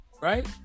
right